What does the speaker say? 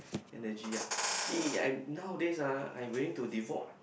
energy ah eh I nowadays ah I willing to devote